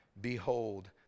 Behold